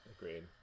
agreed